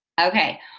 Okay